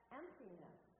emptiness